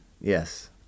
Yes